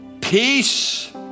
Peace